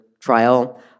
trial